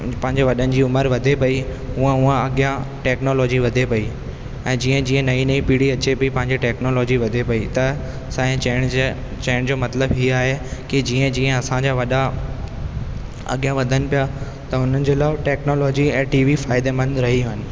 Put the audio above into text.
पंहिंजे वॾनि जी उमिरि वधे पई हूअं हूअं अॻियां टैक्नोलॉजी वधे पई ऐं जीअं जीअं नई नई पीढ़ी अचे पई पंहिंजे टैक्नोलॉजी वधे पई त असांजे चएण जे चएण जो मतिलब हीअं आहे की जीअं जीअं असांजा वॾा अॻियां वधनि पिया त उन्हनि जे लाइ टैक्नोलॉजी ऐं टीवी फ़ाइदेमंद रहियूं आहिनि